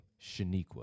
Shaniqua